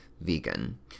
vegan